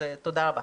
תודה רבה.